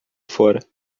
fora